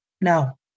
no